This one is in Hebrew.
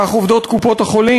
כך עובדות קופות-החולים.